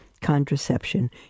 contraception